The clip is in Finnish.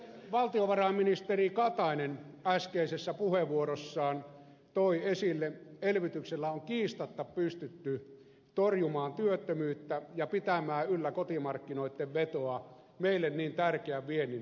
kuten valtiovarainministeri katainen äskeisessä puheenvuorossaan toi esille elvytyksellä on kiistatta pystytty torjumaan työttömyyttä ja pitämään yllä kotimarkkinoitten vetoa meille niin tärkeän viennin tyrehtyessä